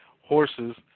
horses